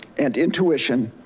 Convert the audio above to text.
and intuition,